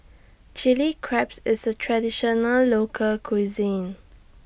Chili Crabs IS A Traditional Local Cuisine